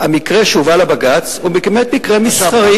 המקרה שהובא לבג"ץ הוא באמת מקרה מסחרי,